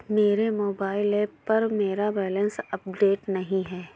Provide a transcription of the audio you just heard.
मेरे mobile app पर मेरा बैलेंस अपडेट नहीं है